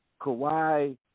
Kawhi